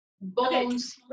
bones